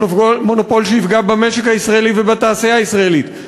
מונופול שיפגע במשק הישראלי ובתעשייה הישראלית,